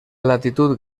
latitud